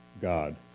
God